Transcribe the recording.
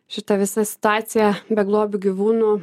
šita visa situacija beglobių gyvūnų